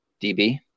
DB